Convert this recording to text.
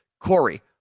Corey